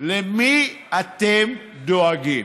למי אתם דואגים.